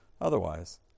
otherwise